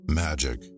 Magic